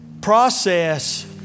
process